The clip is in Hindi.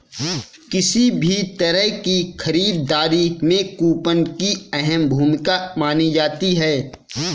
किसी भी तरह की खरीददारी में कूपन की अहम भूमिका मानी जाती है